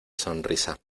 sonrisa